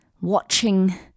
watching